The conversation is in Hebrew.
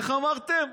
איך אמרתם?